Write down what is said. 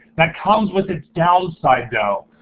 that comes with its downsides though.